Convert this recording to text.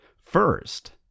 First